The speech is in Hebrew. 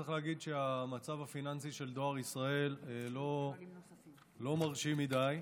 צריך להגיד שהמצב הפיננסי של דואר ישראל לא מרשים מדי,